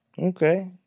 Okay